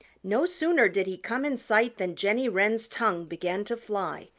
no sooner did he come in sight than jenny wren's tongue began to fly.